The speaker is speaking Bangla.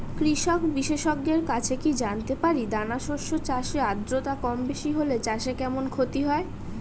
কৃষক বিশেষজ্ঞের কাছে কি জানতে পারি দানা শস্য চাষে আদ্রতা কমবেশি হলে চাষে কেমন ক্ষতি হয়?